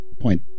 point